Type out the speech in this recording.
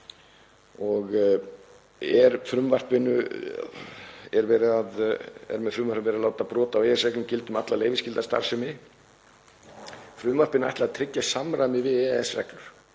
og er með frumvarpinu verið að láta brot á EES-reglum gilda um alla leyfisskylda starfsemi. Frumvarpinu er ætlað að tryggja samræmi við EES-reglur.